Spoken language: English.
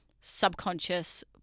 subconscious